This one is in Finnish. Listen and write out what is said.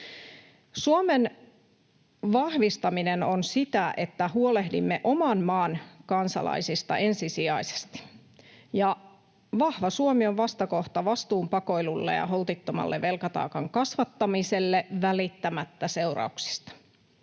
Suomen vahvistaminen on sitä, että huolehdimme oman maan kansalaisista ensisijaisesti, ja vahva Suomi on vastakohta vastuun pakoilulle ja holtittomalle velkataakan kasvattamiselle seurauksista